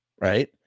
right